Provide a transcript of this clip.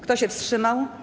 Kto się wstrzymał?